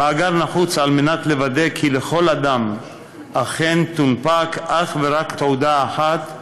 המאגר נחוץ על מנת לוודא כי לכל אדם אכן תונפק אך ורק תעודה אחת,